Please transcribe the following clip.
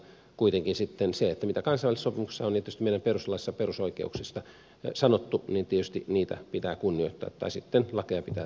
kuitenkin sitten sitä mitä kansainvälisissä sopimuksissa ja tietysti meidän perustuslaissamme perusoikeuksista on sanottu tietysti pitää kunnioittaa tai sitten lakeja pitää tältä osin muuttaa